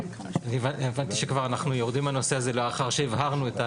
הבנתי שאנחנו יורדים לנושא הזה לאחר שכבר הבהרנו.